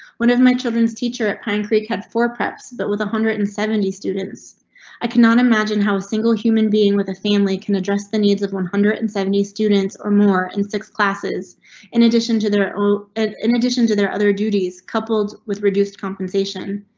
one of my children's teacher at pine creek had four preps but with one hundred and seventy students i cannot imagine how a single human being with a family can address the needs of one hundred and seventy students or more and six classes in addition to their own in addition to their other duties. coupled with reduced compensation,